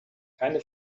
keine